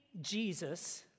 Jesus